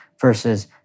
versus